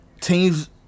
teams –